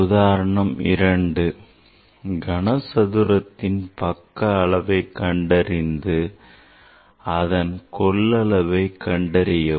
உதாரணம் 2 கன சதுரத்தின் பக்க அளவை கண்டறிந்து அதன் கொள்ளளவை கண்டறியவும்